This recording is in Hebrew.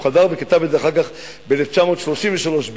והוא חזר וכתב את זה אחר כך ב-1933 ביידיש,